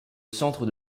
centre